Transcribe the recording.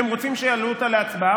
הם רוצים שיעלו אותה להצבעה,